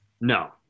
No